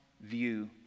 view